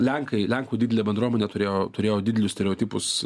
lenkai lenkų didelė bendruomenė turėjo turėjo didelius stereotipus